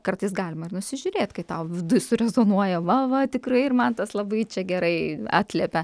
kartais galima ir nusižiūrėt kai tau viduj rezonuoja va va tikrai ir man tas labai čia gerai atliepia